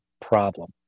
problem